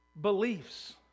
beliefs